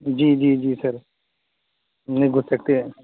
جی جی جی سر نہیں گھس سکتے ہیں